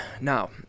Now